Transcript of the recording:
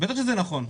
בטח שזה נכון.